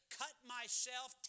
cut-myself